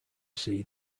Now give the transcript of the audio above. see